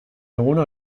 eguna